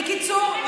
בקיצור,